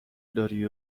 داری